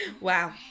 Wow